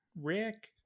Rick